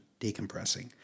decompressing